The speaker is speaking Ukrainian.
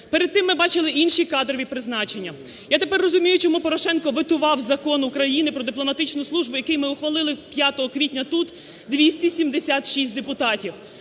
Перед тим ми бачили інші кадрові призначення. Я тепер розумію, чому Порошенко ветував Закон України "Про дипломатичну службу", який ми ухвалили 5 квітня тут, 276 депутатів.